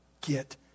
get